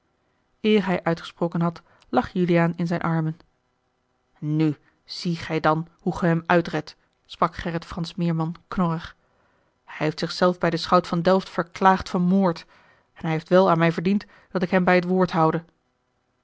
hij uitgesproken had lag juliaan in zijne armen nu zie gij dan hoe ge hem uitredt sprak gerrit fransz meerman knorrig hij heeft zich zelf bij den schout van delft verklaagd van moord en hij heeft wel aan mij verdiend dat ik hem bij het woord houde